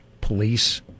police